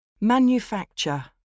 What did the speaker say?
Manufacture